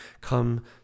come